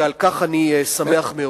ועל כך אני שמח מאוד.